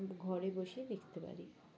ঘরে বসেই দেখতে পারি